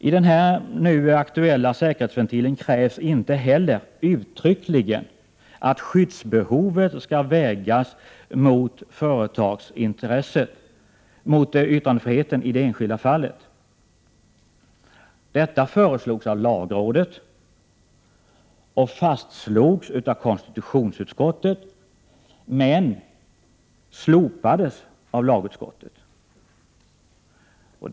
I den nu aktuella säkerhetsventilen krävs inte heller uttryckligen att skyddsbehovet skall vägas mot yttrandefriheten i det enskilda fallet. Detta föreslogs av lagrådet och fastslogs av konstitutionsutskottet, men slopades av lagutskottet.